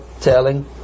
telling